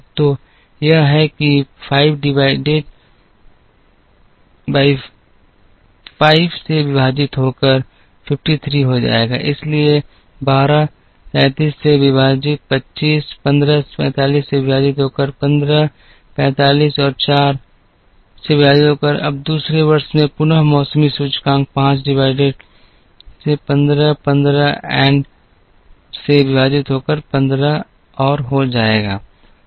तो यह कि 5 by से विभाजित होकर 53 हो जाएगा इसलिए 12 37 से विभाजित 25 15 45 से विभाजित होकर 15 45 और4 से विभाजित होकर अब दूसरे वर्ष में पुन मौसमी सूचकांक 5 divided से १५ १५ and से विभाजित होकर १५ and हो जाएंगे